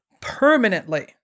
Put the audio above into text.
permanently